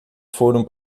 foram